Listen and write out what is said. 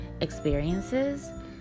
experiences